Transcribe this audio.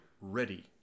ready